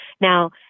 Now